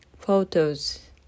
photos